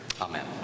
Amen